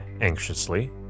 anxiously